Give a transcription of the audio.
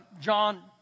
John